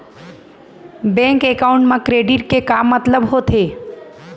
Bank account मा credit के का मतलब होथे?